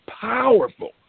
powerful